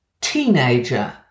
Teenager